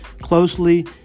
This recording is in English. closely